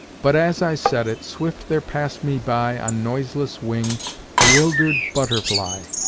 but as i said it, swift there passed me by on noiseless wing a wildered butterfly,